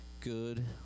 good